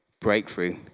breakthrough